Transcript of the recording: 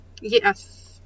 Yes